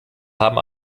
haben